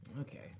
Okay